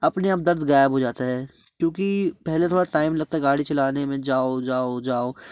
अपने आप दर्द गायब हो जाता है क्योंकि पेहले थोड़ा टाइम लगता है गाड़ी चलाने में जाओ जाओ जाओ